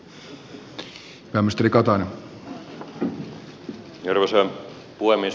arvoisa puhemies